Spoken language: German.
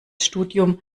studium